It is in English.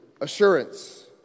assurance